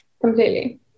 completely